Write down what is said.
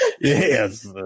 Yes